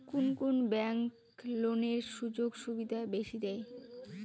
কুন কুন ব্যাংক লোনের সুযোগ সুবিধা বেশি দেয়?